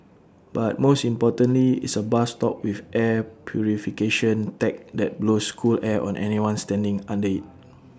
but most importantly it's A bus stop with air purification tech that blows cool air on anyone standing under IT